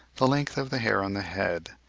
the length of the hair on the head,